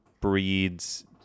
breeds